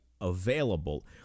available